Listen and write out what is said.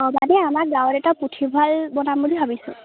অঁ মানে আমাৰ গাঁৱত এটা পুথিভঁৰাল বনাম বুলি ভাবিছোঁ